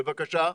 בבקשה.